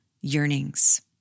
yearnings